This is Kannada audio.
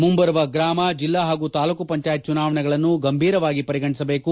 ಮುಂಬರುವ ಗ್ರಾಮ ಜಿಲ್ಲಾ ಹಾಗೂ ತಾಲೂಕು ಪಂಚಾಯತ್ ಚುನಾವಣೆಗಳನ್ನು ಗಂಭೀರವಾಗಿ ಪರಿಗಣಿಸಬೇಕು